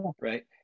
right